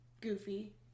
Goofy